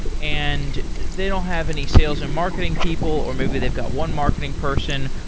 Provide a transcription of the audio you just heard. and they don't have any sales and marketing people, or maybe they've got one marketing person,